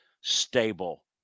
stable